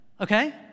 okay